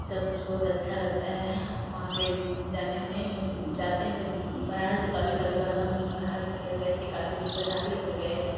सबकुछ बहुत अच्छा लगता है वहाँ पर जाने में जाते हैं जब बनारस से पहली पहली बार हमलोग को बनारस लेकर गए थे काशी विश्वनाथ लेकर गए थे